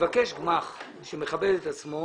מבקש גמ"ח שמכבד את עצמו